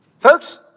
Folks